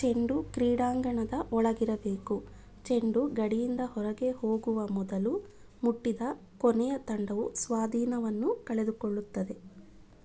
ಚೆಂಡು ಕ್ರೀಡಾಂಗಣದ ಒಳಗಿರಬೇಕು ಚೆಂಡು ಗಡಿಯಿಂದ ಹೊರಗೆ ಹೋಗುವ ಮೊದಲು ಮುಟ್ಟಿದ ಕೊನೆಯ ತಂಡವು ಸ್ವಾಧೀನವನ್ನು ಕಳೆದುಕೊಳ್ಳುತ್ತದೆ